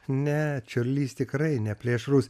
ne čiurlys tikrai neplėšrus